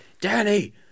Danny